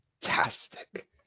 fantastic